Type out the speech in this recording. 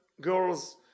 girls